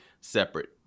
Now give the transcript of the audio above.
separate